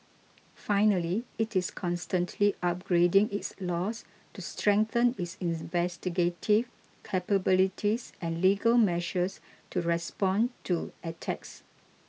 finally it is constantly upgrading its laws to strengthen its investigative capabilities and legal measures to respond to attacks